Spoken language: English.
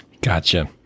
gotcha